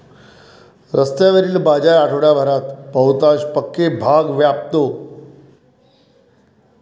रस्त्यावरील बाजार आठवडाभरात बहुतांश पक्के भाग व्यापतो